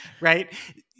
right